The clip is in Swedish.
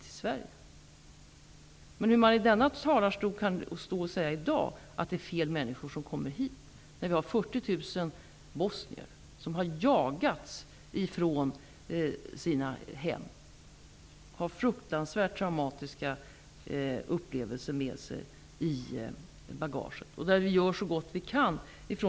Men hur kan man från denna talarstol i dag säga att det är fel människor som kommer hit? Vi har fått 40 000 bosnier som har jagats ifrån sina hem och som har fruktansvärt traumatiska upplevelser med sig i bagaget.